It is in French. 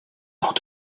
dans